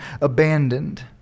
abandoned